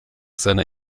seiner